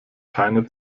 keine